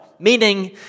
Meaning